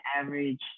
average